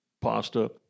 pasta